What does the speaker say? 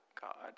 God